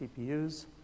CPUs